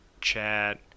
Chat